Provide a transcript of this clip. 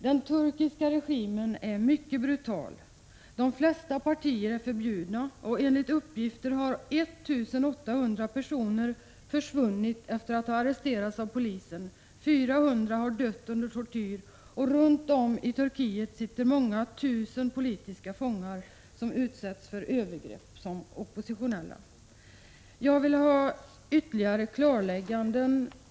Den turkiska regimen är mycket brutal. De flesta partier förbjudna. Enligt uppgifter har 1 800 personer försvunnit efter att ha arresterats av polisen, 400 personer har dött under tortyr och runt om i Turkiet sitter många tusen politiska fångar, som utsätts för övergrepp som oppositionella. Jag vill ha ytterligare klarlägganden.